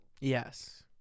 Yes